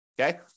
Okay